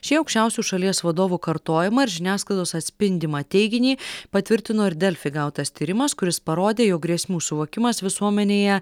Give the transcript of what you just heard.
šį aukščiausių šalies vadovų kartojimą ir žiniasklaidos atspindimą teiginį patvirtino ir delfi gautas tyrimas kuris parodė jog grėsmių suvokimas visuomenėje